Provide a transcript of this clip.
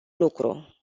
lucru